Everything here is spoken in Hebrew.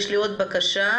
יש עוד בקשה: